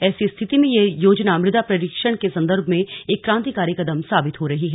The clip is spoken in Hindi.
ऐसी स्थिति में यह योजना मृदा परीक्षण के संदर्भ में एक क्रांतिकारी कदम साबित हो रही है